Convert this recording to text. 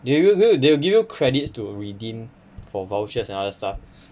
they'll give you they will give credits to redeem for vouchers and other stuff